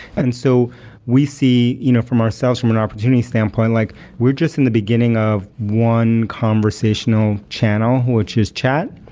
and so we see you know from ourselves from an opportunity standpoint, like we're just in the beginning of one conversational channel, which is chat.